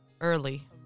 early